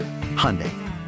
Hyundai